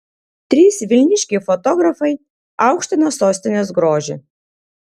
trys vilniškiai fotografai aukština sostinės grožį